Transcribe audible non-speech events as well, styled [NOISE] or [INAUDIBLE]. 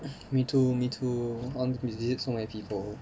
[BREATH] me too me too I want to visit so many people